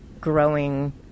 growing